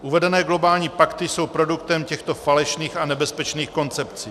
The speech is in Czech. Uvedené globální pakty jsou produktem těchto falešných a nebezpečných koncepcí.